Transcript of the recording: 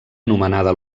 anomenada